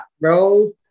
bro